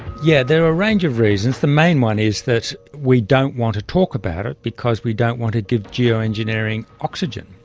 yeah there are a range of reasons. the main one is that we don't want to talk about it because we don't want to give geo-engineering oxygen.